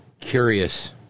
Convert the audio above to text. curious